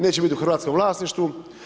Neće biti u hrvatskom vlasništvu.